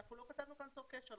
לכן לא כתבנו כאן "צור קשר".